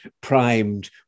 primed